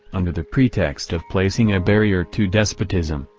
under the pretext of placing a barrier to despotism,